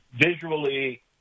visually